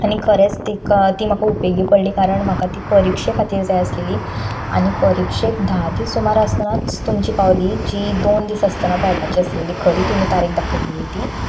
आनीक खरेंच ती म्हाका उपेगी पडली कारण म्हाका ती परिक्षे खातीर जाय आसलेली आनी परिक्षेक धा दीस सुमार आसतनाच तुमची पावली जी दोन दीस आसतना पावपाची आसलली खरी तुमी तारीक दाखयलली ती